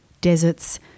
Deserts